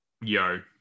Yo